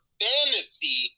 fantasy